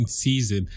season